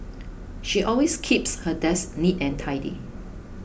she always keeps her desk neat and tidy